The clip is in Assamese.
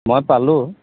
মই পালোঁ